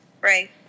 Right